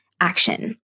action